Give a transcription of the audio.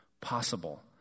possible